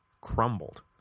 crumbled